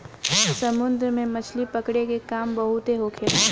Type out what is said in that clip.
समुन्द्र में मछली पकड़े के काम बहुत होखेला